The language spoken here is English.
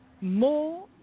more